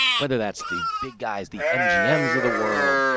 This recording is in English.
whether that's the big guys, the m. g m's of the world,